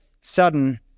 sudden